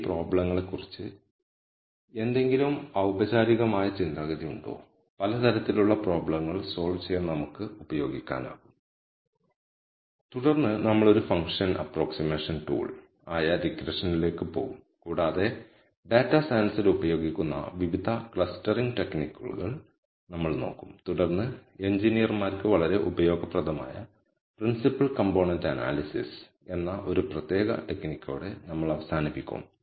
ഈ പ്രോബ്ലങ്ങളെക്കുറിച്ച് എന്തെങ്കിലും ഔപചാരികമായ ചിന്താഗതി ഉണ്ടോ പലതരത്തിലുള്ള പ്രോബ്ലങ്ങൾ സോൾവ് ചെയ്യാൻ നമുക്ക് ഉപയോഗിക്കാനാകും തുടർന്ന് നമ്മൾ ഒരു ഫംഗ്ഷൻ അപ്പ്രോക്സിമേഷൻ ടൂൾ ആയ റിഗ്രഷനിലേക്ക് പോകും കൂടാതെ ഡാറ്റാ സയൻസിൽ ഉപയോഗിക്കുന്ന വിവിധ ക്ലസ്റ്ററിംഗ് ടെക്നിക്കുകൾ നമ്മൾ നോക്കും തുടർന്ന് എഞ്ചിനീയർമാർക്ക് വളരെ ഉപയോഗപ്രദമായ പ്രിൻസിപ്പിൾ കംപോണന്റ് അനാലിസിസ് എന്ന ഒരു പ്രത്യേക ടെക്നിക്കോടെ നമ്മൾ അവസാനിപ്പിക്കും